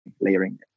layering